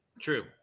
True